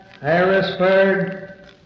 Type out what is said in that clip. Harrisburg